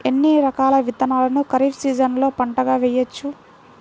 ఎన్ని రకాల విత్తనాలను ఖరీఫ్ సీజన్లో పంటగా వేయచ్చు?